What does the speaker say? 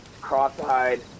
cross-eyed